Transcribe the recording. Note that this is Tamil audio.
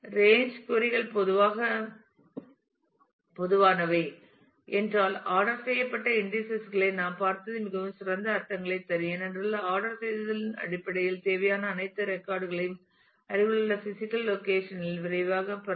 ரேன்ஜ் கொறி கள் பொதுவானவை என்றால் ஆர்டர் செய்யப்பட்ட இன்டீஸஸ் களை நாம் பார்த்தது மிகவும் சிறந்த அர்த்தத்தைத் தரும் ஏனென்றால் ஆர்டர் செய்தல்இன் அடிப்படையில் தேவையான அனைத்து ரெக்கார்ட் களையும் அருகிலுள்ள பிசிகல் லொகேஷன் இல் விரைவாகப் பெறலாம்